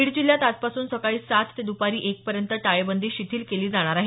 बीड जिल्ह्यात आजपासून सकाळी सात ते द्पारी एक पर्यंत टाळेबंदी शिथिल केली जाणार आहे